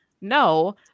no